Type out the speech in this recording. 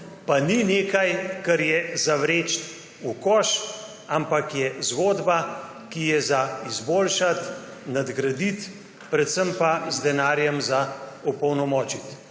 pa ni nekaj, kar je za vreči v koš, ampak je zgodba, ki je za izboljšati, nadgraditi, predvsem pa z denarjem opolnomočiti.